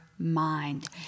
mind